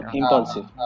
impulsive